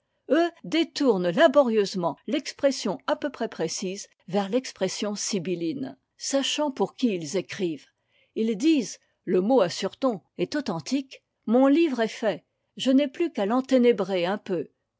détournent laborieusement l'expression à peu près précise vers l'expression sibylline sachant pour qui ils écrivent ils disent le mot assure-t-on est authentique mon livre est fait je n'ai plus qu'à l'enténébrer un peu